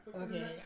Okay